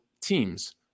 teams